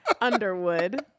Underwood